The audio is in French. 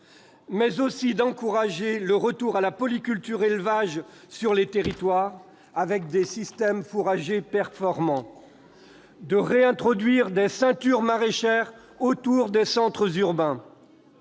bio ; d'encourager le retour à la polyculture élevage sur les territoires, avec des systèmes fourragers performants ; de réintroduire des ceintures maraîchères autour des centres urbains